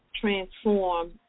transform